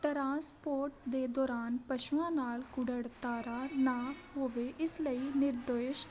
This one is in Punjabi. ਟਰਾਂਸਪੋਰਟ ਦੇ ਦੌਰਾਨ ਪਸ਼ੂਆਂ ਨਾਲ ਕੁੜਤਰਾ ਨਾ ਹੋਵੇ ਇਸ ਲਈ ਨਿਰਦੇਸ਼